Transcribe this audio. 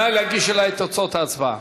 נא להגיש אלי את תוצאות ההצבעה.